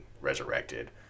resurrected